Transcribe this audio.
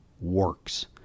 works